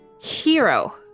hero